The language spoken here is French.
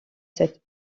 cette